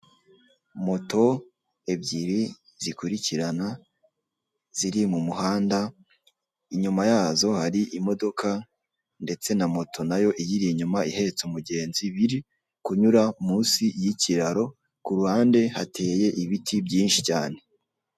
Moto ebyiri zikurikirana ziri mu muhanda inyuma yazo hari imodoka ndetse na moto nayo iyiri inyuma ihetse umugenzi, biri kunyura munsi y'ikiraro ku ruhande hateye ibiti byinshi cyane.